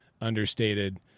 understated